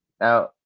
Now